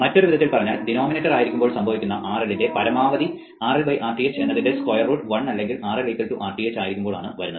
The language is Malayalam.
മറ്റൊരു വിധത്തിൽ പറഞ്ഞാൽ ഡിനോമിനേറ്റർ ആയിരിക്കുമ്പോൾ സംഭവിക്കുന്ന RL ന്റെ പരമാവധി RL Rth എന്നതിൻറെ സ്ക്വയർ റൂട്ട് 1 അല്ലെങ്കിൽ RL Rth ആയിരിക്കുമ്പോൾ ആണ് വരുന്നത്